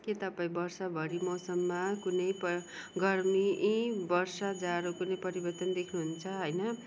के तपाईँ वर्षभरि मौसममा कुनै गर्मी यी वर्ष जाडो पनि परिवर्तन देख्नु हुन्छ होइन